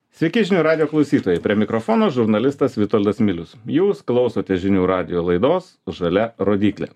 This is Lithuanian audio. sveiki žinių radijo klausytojai prie mikrofono žurnalistas vitoldas milius jūs klausote žinių radijo laidos žalia rodyklė